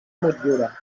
motllura